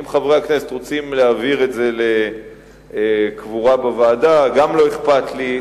אם חברי הכנסת רוצים להעביר את זה לקבורה בוועדה גם לא אכפת לי,